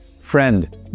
Friend